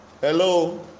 Hello